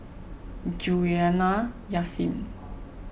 Juliana Yasin